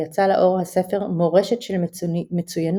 יצא לאור הספר "מורשת של מצויינות"